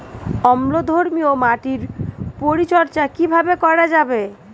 অম্লধর্মীয় মাটির পরিচর্যা কিভাবে করা যাবে?